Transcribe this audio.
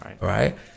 right